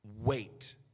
Wait